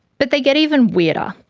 but they get even weirder.